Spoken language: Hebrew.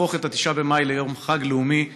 להפוך את 9 במאי ליום חג לאומי,